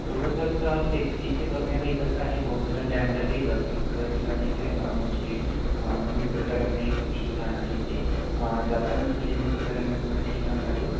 सोबतच ते तिथे बघण्यालायक असं आहे बोर धरन डॅमला गेलं की सुरुवातीला नाही काय म्हणजे निसर्गरम्य एक ठिकाण आहे ते जातानाच म्हणजे निसर्गरम्य तुम्हाला ठिकाण लागेल